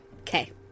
Okay